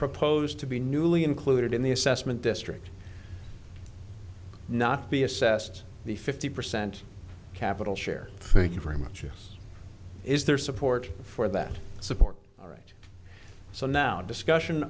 proposed to be newly included in the assessment district not be assessed the fifty percent capital share thank you very much it is their support for that support all right so now discussion